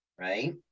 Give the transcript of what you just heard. right